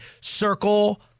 circle